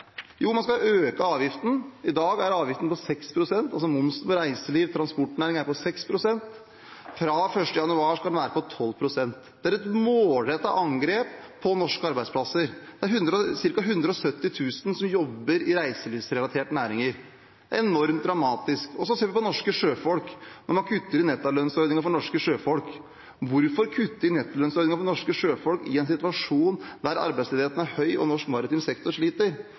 Jo, man skal øke avgiften. I dag er avgiften på 6 pst. – altså momsen på reiseliv og transportnæringen er på 6 pst. Fra 1. januar skal den være på 12 pst. Det er et målrettet angrep på norske arbeidsplasser. Det er ca. 170 000 som jobber i reiselivsrelaterte næringer. Det er enormt dramatisk. Og så ser vi på norske sjøfolk, hvor man kutter i nettolønnsordningen for norske sjøfolk. Hvorfor kutte i nettolønnsordningen for norske sjøfolk i en situasjon der arbeidsledigheten er høy og norsk maritim sektor sliter?